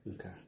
Okay